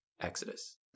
Exodus